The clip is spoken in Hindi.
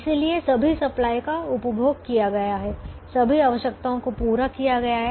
इसलिए सभी सप्लाई का उपभोग किया गया है सभी आवश्यकताओं को पूरा किया गया है